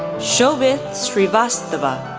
shobhit srivastava,